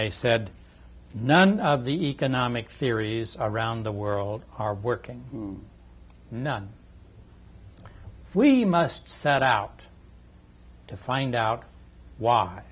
they said none of the economic theories around the world are working none we must set out to find out why